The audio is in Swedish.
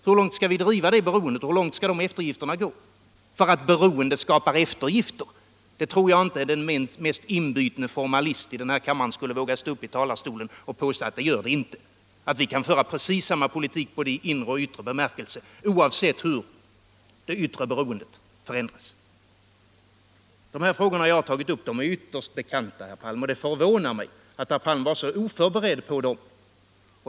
Hur långt skall vi driva det beroendet och hur långt skall de eftergifterna gå? Att beroendet skapar eftergifter det tror jag inte ens den mest inbitne formalist här i kammaren skulle våga stå upp i talarstolen och förneka — och i stället påstå att vi kan föra precis samma politik i både inre och yttre bemärkelse oavsett hur det yttre beroendet förändras. De frågor som jag här tagit upp är ytterst väl bekanta, herr Palm, och det förvånar mig att herr Palm var så oförberedd på dem.